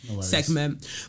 segment